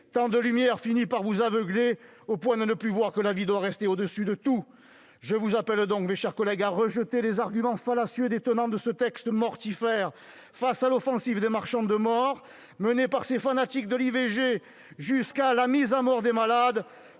Tant de lumière finit par vous aveugler, mes chers collègues, au point de ne plus voir que la vie doit rester au-dessus de tout. Je vous appelle donc, mes chers collègues, à rejeter les arguments fallacieux des tenants de ce texte mortifère. Face à l'offensive des marchands de mort, menée par ces fanatiques de l'IVG et de la mise à mort des malades,